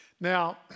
Now